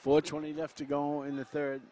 for twenty left to go in the third